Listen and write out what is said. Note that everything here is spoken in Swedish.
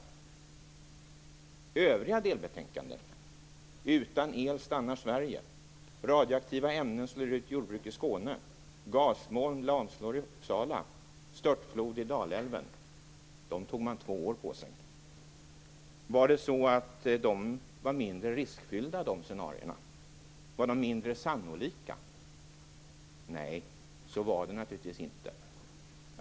För övriga delbetänkanden, som Störtflod i Dalälven, tog man två år på sig. Var de scenariona mindre riskfyllda? Var de mindre sannolika? Nej, så var det naturligtvis inte.